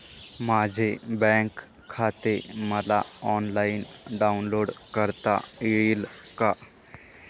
माझे बँक खाते मला ऑनलाईन डाउनलोड करता येईल का?